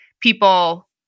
people